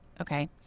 Okay